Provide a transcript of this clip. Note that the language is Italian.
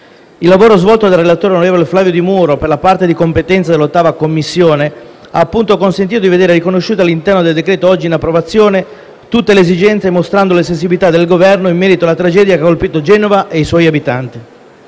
Il lavoro svolto dal relatore, 1’onorevole Flavio Di Muro per la parte di competenza dell’8[a] Commissione, ha appunto consentito di vedere riconosciute tutte le esigenze all’interno del decreto-legge oggi in approvazione, mostrando la sensibilità del Governo in merito alla tragedia che ha colpito Genova e i suoi abitanti.